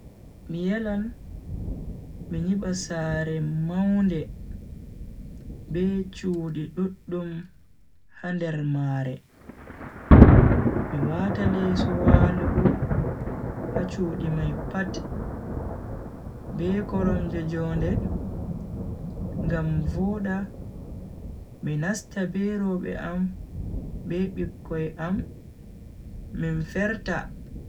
Mi yelan mi nyiba saare maunde be chudi duddum ha nder mare. mi wata leso walugo ha chudi mai pat be koromje jonde ngam voda mi nasta be robe am be bikkoi am min ferta.